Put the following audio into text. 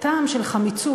טעם של חמיצות